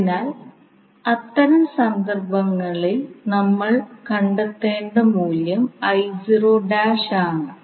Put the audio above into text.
അതിനാൽ അത്തരം സന്ദർഭങ്ങളിൽ നമ്മൾ കണ്ടെത്തേണ്ട മൂല്യം ആണ്